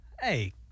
Hey